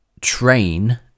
Train